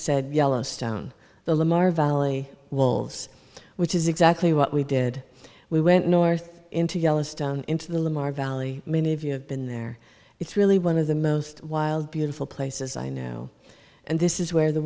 said yellowstone the lamar valley wolves which is exactly what we did we went north into yellowstone into the lamar valley many of you have been there it's really one of the most wild beautiful places i know and this is where the